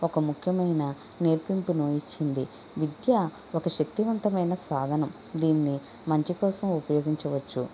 ఒక ముఖ్యమైన నేర్పింపును ఇచ్చింది విద్య ఒక శక్తివంతమైన సాధనం దీన్ని మంచి కోసం ఉపయోగించవచ్చు